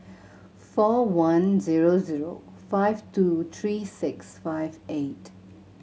four one zero zero five two three six five eight